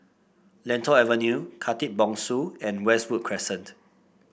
Lentor Avenue Khatib Bongsu and Westwood Crescent